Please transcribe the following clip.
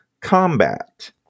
combat